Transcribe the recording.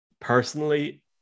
personally